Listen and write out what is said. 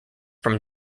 from